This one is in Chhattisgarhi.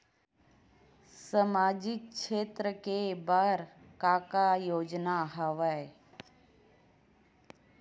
सामाजिक क्षेत्र के बर का का योजना हवय?